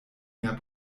mehr